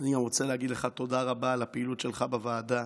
אני רוצה להגיד גם לך תודה רבה על הפעילות שלך בוועדה,